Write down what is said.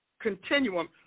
continuum